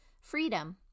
freedom